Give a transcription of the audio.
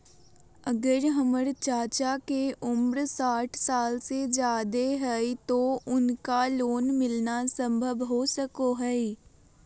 अगर हमर चाचा के उम्र साठ साल से जादे हइ तो उनका लोन मिलना संभव हो सको हइ?